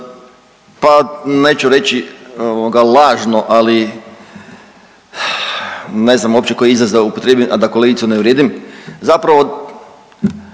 pa neću reći ovoga lažno, ali ne znam uopće koji izraz da upotrijebim, a da kolegicu ne uvrijedim, zapravo